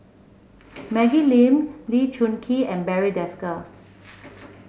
Maggie Lim Lee Choon Kee and Barry Desker